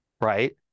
right